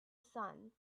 sun